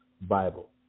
Bible